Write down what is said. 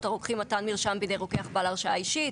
הרוקחים (מתן מרשם בידי רוקח בעל הרשאה אישית)